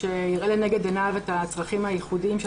שיראה לנגד עיניו את הצרכים הייחודיים של